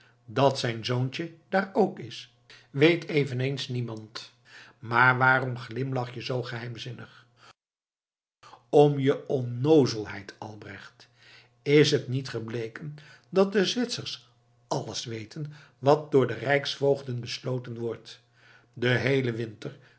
dat zijn zoontje daar ook